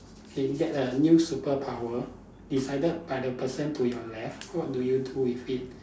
can get a new superpower decided by the person to your left what do you do with it